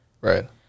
Right